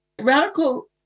Radical